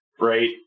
right